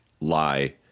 lie